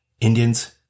Indians